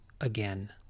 again